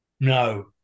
No